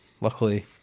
luckily